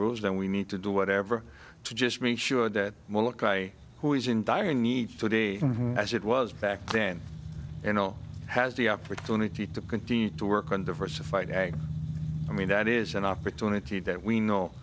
rules then we need to do whatever to just make sure that when look i who is in dire need today as it was back then you know has the opportunity to continue to work on diversified that is an opportunity that we know